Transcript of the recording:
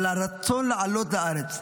אבל הרצון לעלות לארץ,